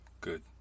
Good